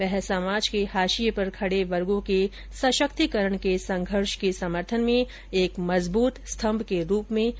वह समाज के हाशिये पर खड़े वर्गो के सशक्तीकरण के संघर्ष के समर्थन में एक मजबूत स्तंभ के रूप में खडे रहें